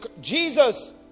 Jesus